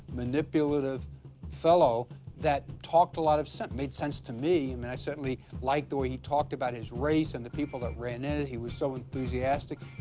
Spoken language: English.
manipulative fellow that talked a lot of sense, made sense to me. and and i certainly liked the way he talked about his race and the people that ran in it. he was so enthusiastic.